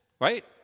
right